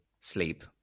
sleep